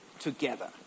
Together